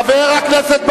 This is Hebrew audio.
חבר הכנסת בר-און,